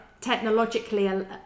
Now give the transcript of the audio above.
technologically